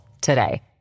today